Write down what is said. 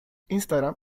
instagram